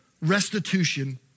restitution